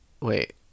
Wait